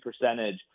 percentage